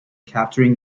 capturing